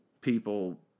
people